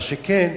מה שכן,